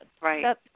Right